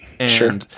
Sure